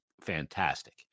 fantastic